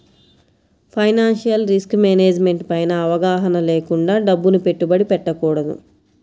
financial risk management పైన అవగాహన లేకుండా డబ్బుని పెట్టుబడి పెట్టకూడదు